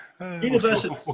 University